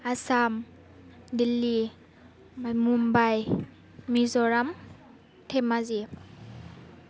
Assam Delhi Mumbai Mizoram Dhemaji